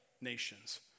nations